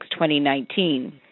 2019